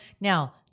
now